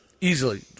easily